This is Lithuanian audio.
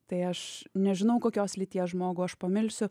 tai aš nežinau kokios lyties žmogų aš pamilsiu